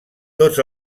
tots